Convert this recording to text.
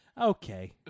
Okay